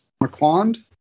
McQuand